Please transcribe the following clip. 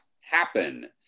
happen